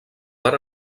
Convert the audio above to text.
van